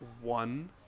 one